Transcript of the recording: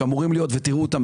ותראו אותם,